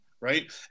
right